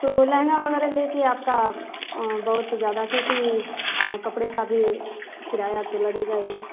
तो लहँगा वगैरा लेकर आपका बहुत ज़्यादा क्यूँकि कपड़े का भी किराया तो लगेगा ही